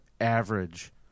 average